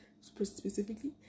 specifically